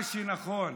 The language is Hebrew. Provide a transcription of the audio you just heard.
מה שנכון